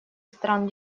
стран